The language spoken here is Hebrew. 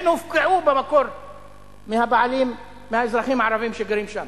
הם הופקעו מהבעלים, מהאזרחים הערבים שגרים שם.